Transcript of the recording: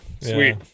sweet